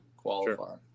qualify